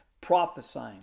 prophesying